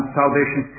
salvation